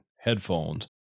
headphones